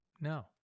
No